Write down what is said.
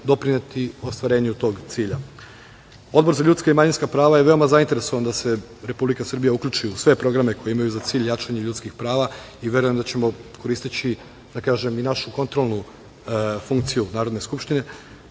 doprineti ostvarenju tog cilja. Odbor za ljudska i manjinska prava je veoma zainteresovan da se Republika Srbija uključi u sve programe koje imaju za cilj jačanje ljudskih prava i verujem da ćemo koristeći, da kažem i našu kontrolnu funkciju Narodne skupštine